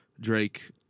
Drake